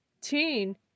teen